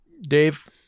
Dave